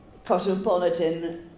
cosmopolitan